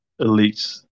elites